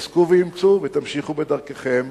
חזקו ואמצו ותמשיכו בדרככם.